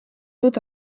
dut